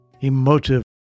emotive